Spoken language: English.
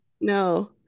No